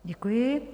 Děkuji.